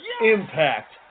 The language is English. Impact